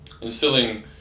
instilling